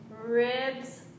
ribs